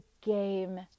game